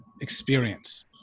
experience